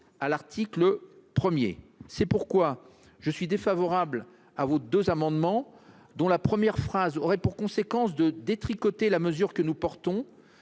à l'article 1. C'est pourquoi je ne suis pas favorable à vos amendements, dont la première phrase aurait pour conséquence de détricoter la mesure que nous portons,